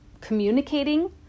communicating